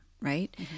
Right